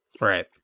right